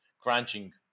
crunching